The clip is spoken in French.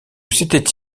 s’était